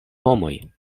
homoj